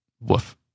Woof